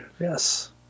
Yes